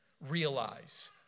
realize